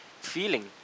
feeling